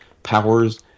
powers